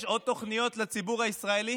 יש עוד תוכניות לציבור הישראלי?